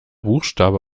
buchstabe